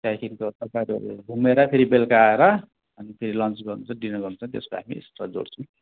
त्यहाँदेखिको तपाईँहरू घुमेर फेरि बेलुका आएर अनि फेरि लन्च गर्नुहुन्छ डिनर गर्नुहुन्छ त्यसको हामी एक्स्ट्रा जोड्छौँ